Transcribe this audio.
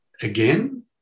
again